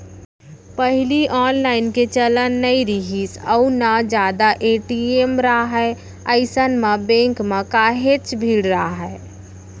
पहिली ऑनलाईन के चलन नइ रिहिस अउ ना जादा ए.टी.एम राहय अइसन म बेंक म काहेच भीड़ राहय